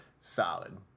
solid